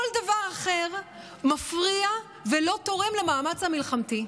כל דבר אחר מפריע ולא תורם למאמץ המלחמתי.